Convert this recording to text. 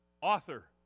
author